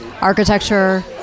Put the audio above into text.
architecture